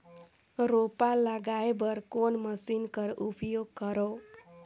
रोपा लगाय बर कोन मशीन कर उपयोग करव?